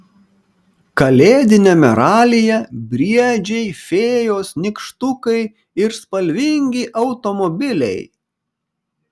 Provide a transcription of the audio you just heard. kalėdiniame ralyje briedžiai fėjos nykštukai ir spalvingi automobiliai